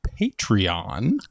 Patreon